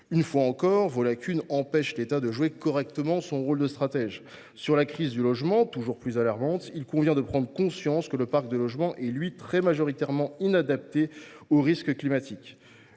Une fois encore, les lacunes de M. Le Maire empêchent l’État de jouer correctement son rôle de stratège. En ce qui concerne la crise du logement, toujours plus alarmante, il convient de prendre conscience que le parc de logements est très majoritairement inadapté aux risques climatiques.